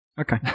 Okay